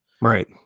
Right